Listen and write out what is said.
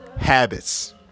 habits